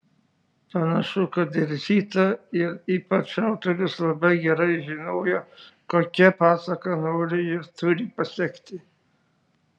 panašu kad ir zita ir ypač autorius labai gerai žinojo kokią pasaką nori ir turi pasekti